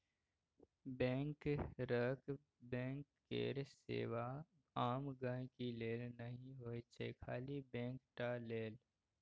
बैंकरक बैंक केर सेबा आम गांहिकी लेल नहि होइ छै खाली बैंक टा लेल